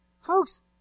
Folks